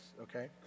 Okay